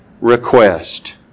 request